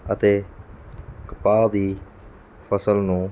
ਅਤੇ ਕਪਾਹ ਦੀ ਫਸਲ ਨੂੰ